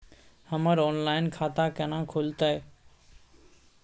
हमर ऑनलाइन खाता केना खुलते?